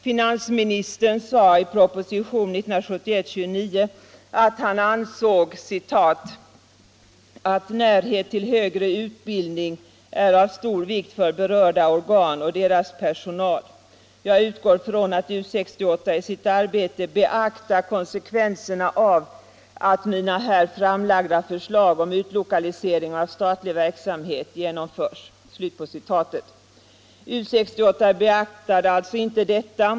Finansministern sade i propositionen 1971:29 att han ansåg ”att närhet till högre utbildning är av stor vikt för berörda organ och deras personal. Jag utgår från att U 68 i sitt arbete beaktar konsekvenserna av att mina här framlagda förslag om utlokalisering av statlig verksamhet genomförs.” U 68 beaktade alltså inte detta.